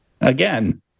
Again